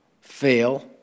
fail